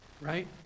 Right